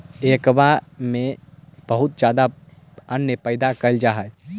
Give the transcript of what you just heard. एकरा में बहुत ज्यादा अन्न पैदा कैल जा हइ